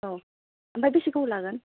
औ ओमफ्राय बेसे गोबाव लागोन